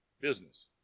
business